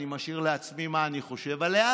אני משאיר לעצמי מה שאני חושב עליה,